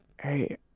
hey